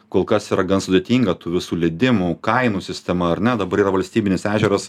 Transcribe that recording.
kol kas yra gan sudėtinga tų visų ledimų kainų sistema ar ne dabar yra valstybinis ežeras